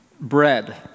bread